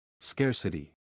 Scarcity